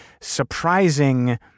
surprising